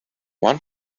one